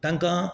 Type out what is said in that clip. तांकां